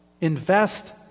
Invest